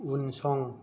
उनसं